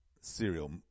serial